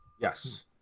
Yes